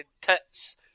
tits